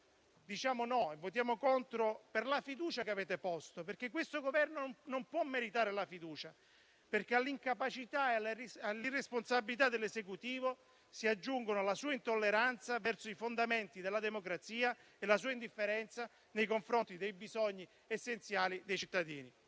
diciamo no e votiamo contro per la fiducia che avete posto, perché questo Governo non può meritare la fiducia. Infatti, all'incapacità e all'irresponsabilità dell'Esecutivo si aggiungono la sua intolleranza verso i fondamenti della democrazia e la sua indifferenza nei confronti dei bisogni essenziali dei cittadini.